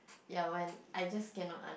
ya when I just cannot un~